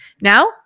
Now